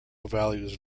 values